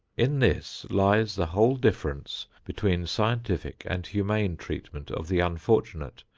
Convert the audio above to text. in this lies the whole difference between scientific and humane treatment of the unfortunate,